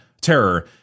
Terror